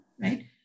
right